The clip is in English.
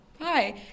hi